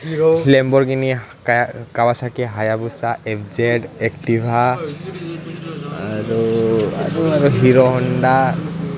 Lamborghini Kawasaki Hayabusa F Z Activa আৰু আৰু Hero Honda